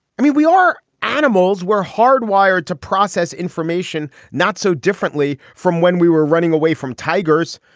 i mean, we are animals were hardwired to process information not so differently from when we were running away from tigers.